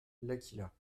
laqhila